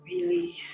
Release